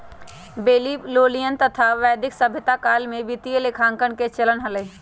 Babylonian तथा वैदिक सभ्यता काल में वित्तीय लेखांकन के चलन हलय